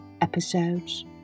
episodes